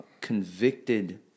convicted